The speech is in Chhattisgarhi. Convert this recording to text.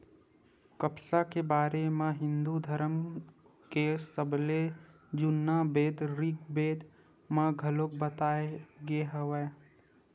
कपसा के बारे म हिंदू धरम के सबले जुन्ना बेद ऋगबेद म घलोक बताए गे हवय